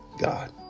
God